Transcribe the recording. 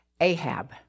Ahab